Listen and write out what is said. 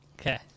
Okay